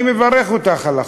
אני מברך אותך על החוק.